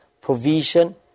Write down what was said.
provision